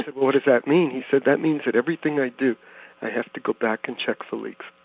what does that mean? he said, that means that everything i do i have to go back and check for leaks.